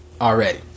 already